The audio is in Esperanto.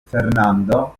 fernando